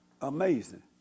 Amazing